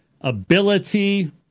ability